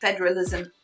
Federalism